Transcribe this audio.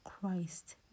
Christ